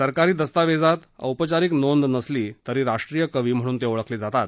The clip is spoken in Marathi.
सरकारी दस्तावेजात औपचारिक नोंद नसली तरी राष्ट्रीय कवी म्हणून ते ओळखले जातात